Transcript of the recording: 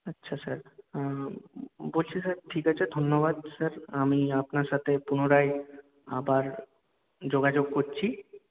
আচ্ছা স্যার হ্যাঁ বলছি স্যার ঠিক আছে ধন্যবাদ স্যার আমি আপনার সাথে পুনরায় আবার যোগাযোগ করছি